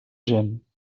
gent